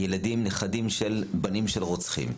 הילדים, נכדים של בנים של רוצחים.